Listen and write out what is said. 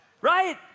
Right